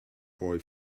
boy